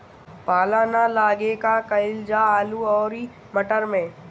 पाला न लागे का कयिल जा आलू औरी मटर मैं?